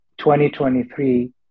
2023